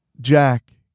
Jack